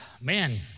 man